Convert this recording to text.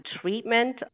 treatment